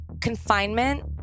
Confinement